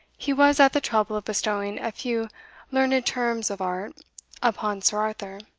he was at the trouble of bestowing a few learned terms of art upon sir arthur,